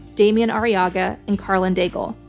damian arriaga, and karlyn daigle.